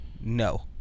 No